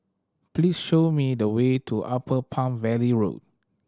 please show me the way to Upper Palm Valley Road